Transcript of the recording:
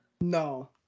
No